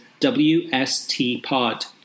WSTPOD